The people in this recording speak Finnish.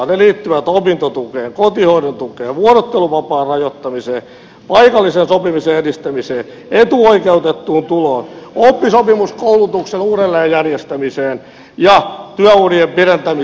ne liittyvät opintotukeen kotihoidon tukeen vuorotteluvapaan rajoittamiseen paikallisen sopimisen edistämiseen etuoikeutettuun tuloon oppisopimuskoulutuksen uudelleenjärjes tämiseen ja työurien pidentämiseen